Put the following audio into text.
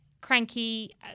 cranky